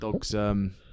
dog's